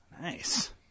Nice